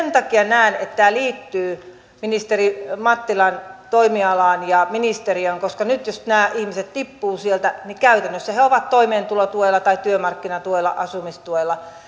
sen takia näen että tämä liittyy ministeri mattilan toimialaan ja ministeriöön koska nyt jos nämä ihmiset tippuvat sieltä käytännössä he ovat toimeentulotuella tai työmarkkinatuella asumistuella